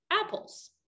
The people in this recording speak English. apples